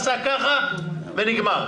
עשה ככה ונגמר.